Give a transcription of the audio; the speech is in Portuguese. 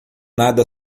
nada